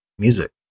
music